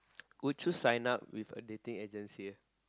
would you sign up with a dating agency ah